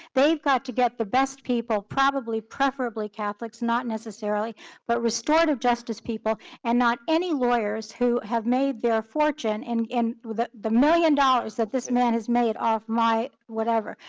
they've got to get the best people, probably preferably catholics not necessarily but restorative justice people, and not any lawyers who have made their fortune and the the million dollars that this man has made off my whatever.